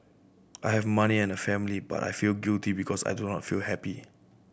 I have money and a family but I feel guilty because I do not feel happy